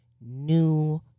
new